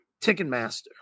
Ticketmaster